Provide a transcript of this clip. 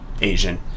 Asian